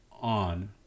on